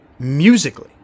Musically